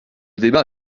débat